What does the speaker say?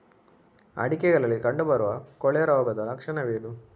ಅಡಿಕೆಗಳಲ್ಲಿ ಕಂಡುಬರುವ ಕೊಳೆ ರೋಗದ ಲಕ್ಷಣವೇನು?